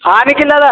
हा निखील दादा